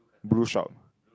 blue shop